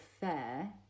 fair